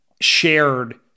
shared